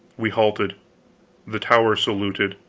we halted the tower saluted,